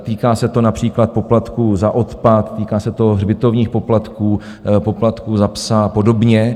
Týká se to například poplatků za odpad, týká se to hřbitovních poplatků, poplatků za psa a podobně.